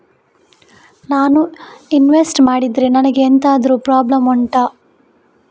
ನಾನು ಇನ್ವೆಸ್ಟ್ ಮಾಡಿದ್ರೆ ನನಗೆ ಎಂತಾದ್ರು ಪ್ರಾಬ್ಲಮ್ ಉಂಟಾ